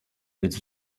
its